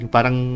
Parang